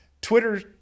Twitter